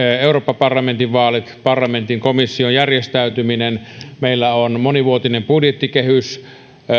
eurooppa parlamentin vaalit parlamentin komission järjestäytyminen meillä on monivuotinen budjettikehys